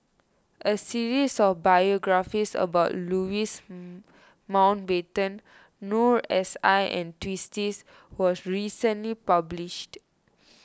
a series of biographies about Louis Mountbatten Noor S I and Twisstii was recently published